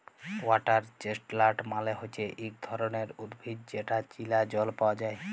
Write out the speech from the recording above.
water chestnut মালে হচ্যে ইক ধরণের উদ্ভিদ যেটা চীলা জল পায়া যায়